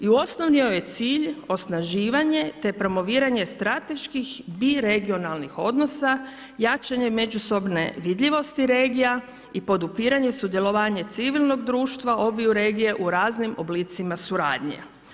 I osnovni joj je cilj osnaživanje te promoviranje strateških biregionalnih odnosa, jačanje međusobne vidljivosti regija i podupiranje, sudjelovanje civilnog društva obiju regija u raznim oblicima suradnje.